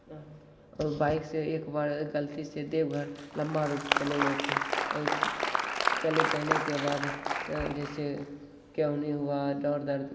अह औ बाइक से एक बार गलती से देवघर लम्बा रुट चले गए तो औच चले जाने के बाद स जैसे केहुनी हुआ और दर्द